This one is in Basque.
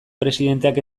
presidenteak